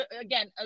again